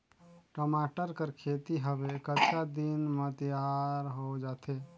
टमाटर कर खेती हवे कतका दिन म तियार हो जाथे?